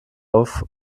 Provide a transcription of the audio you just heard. auf